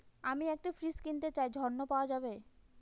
আমি একটি ফ্রিজ কিনতে চাই ঝণ পাওয়া যাবে?